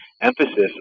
emphasis